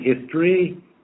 history